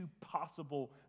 possible